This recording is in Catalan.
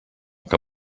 que